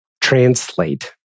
translate